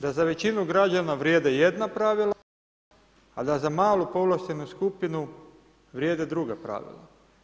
Da za većinu građana vrijede jedna pravila, a da za malu povlaštenu skupinu vrijede druga pravila.